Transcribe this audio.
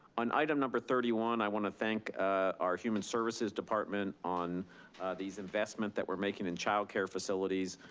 on item number thirty one, i want to thank our human services department on these investments that we're making in childcare facilities.